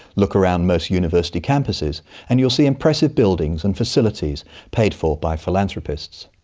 look around most university campuses and you'll see impressive buildings and facilities paid for by philanthropists.